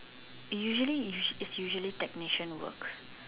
usually if usually technician works